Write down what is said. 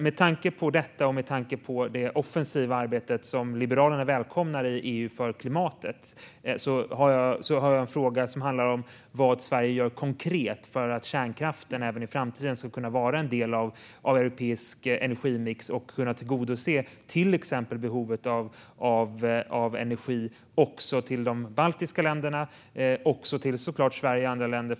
Med tanke på detta och med tanke på det offensiva arbete som Liberalerna välkomnar i EU för klimatet har jag en fråga. Vad gör Sverige konkret för att kärnkraften även i framtiden ska kunna vara en del av den europeiska energimixen och kunna tillgodose behovet av energi till exempel för de baltiska länderna men också såklart för Sverige och andra länder?